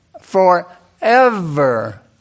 Forever